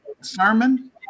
sermon